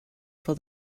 for